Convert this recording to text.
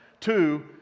two